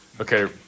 Okay